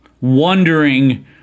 Wondering